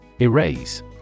Erase